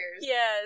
yes